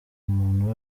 umuntu